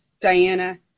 Diana